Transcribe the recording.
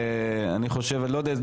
אני לא יודע,